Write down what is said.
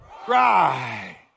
cry